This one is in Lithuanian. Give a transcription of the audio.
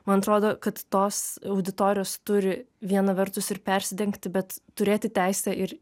man atrodo kad tos auditorijos turi viena vertus ir persidengti bet turėti teisę ir